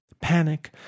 panic